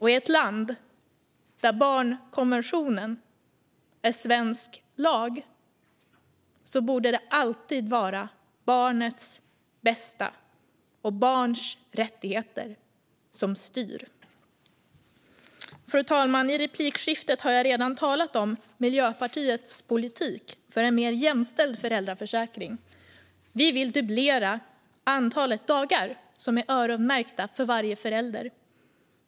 I ett land där barnkonventionen är lag borde det alltid vara barnets bästa och barns rättigheter som styr. Fru talman! I replikskiftena har jag redan talat om Miljöpartiets politik för en mer jämställd föräldraförsäkring. Vi vill dubblera antalet dagar som är öronmärkta för varje förälder.